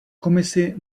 komisi